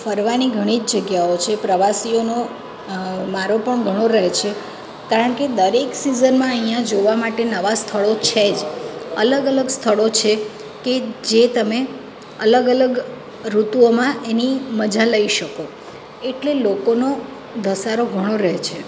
ફરવાની ઘણી જ જગ્યાઓ છે પ્રવાસીઓનો મારો પણ ઘણો રહે છે કારણ કે દરેક સીઝનમાં અહીંયાં જોવા માટે નવા સ્થળો છે જ અલગ અલગ સ્થળો છે કે જે તમે અલગ અલગ ઋતુઓમાં એની મજા લઈ શકો એટલે લોકોનો ધસારો ઘણો રહે છે